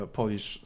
Polish